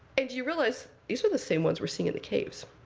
and you realize these are the same ones we're seeing in the caves,